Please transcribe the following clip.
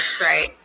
Right